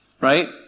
right